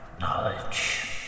knowledge